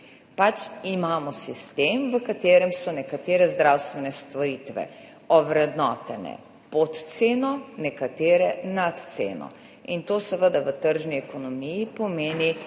Pač imamo sistem, v katerem so nekatere zdravstvene storitve ovrednotene pod ceno, nekatere nad ceno. To seveda v tržni ekonomiji pomeni,